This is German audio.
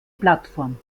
plattform